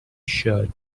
shirt